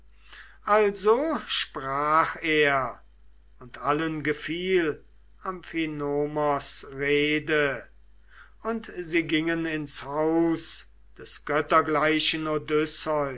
also sprach er und allen gefiel amphinomos rede und sie gingen ins haus des